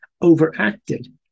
overacted